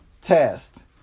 test